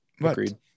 Agreed